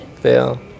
fail